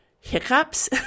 hiccups